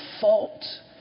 fault